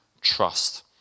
trust